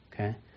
okay